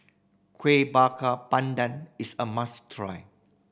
Kuih Bakar Pandan is a must try